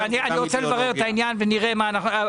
אני רוצה לברר את העניין.